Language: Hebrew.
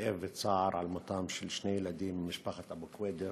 בכאב וצער על מותם של שני ילדים ממשפחת אבו קוידר